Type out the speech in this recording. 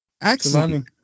Excellent